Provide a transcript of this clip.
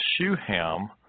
Shuham